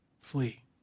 Flee